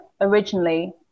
originally